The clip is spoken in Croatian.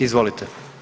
Izvolite.